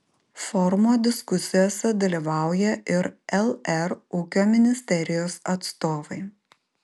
forumo diskusijose dalyvauja ir lr ūkio ministerijos atstovai